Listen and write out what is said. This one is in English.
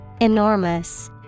enormous